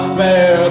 fair